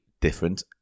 different